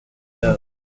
yabo